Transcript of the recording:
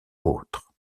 autres